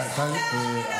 די, חברת הכנסת טלי.